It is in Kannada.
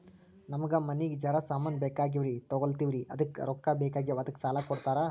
ನಮಗ ಮನಿಗಿ ಜರ ಸಾಮಾನ ಬೇಕಾಗ್ಯಾವ್ರೀ ತೊಗೊಲತ್ತೀವ್ರಿ ಅದಕ್ಕ ರೊಕ್ಕ ಬೆಕಾಗ್ಯಾವ ಅದಕ್ಕ ಸಾಲ ಕೊಡ್ತಾರ?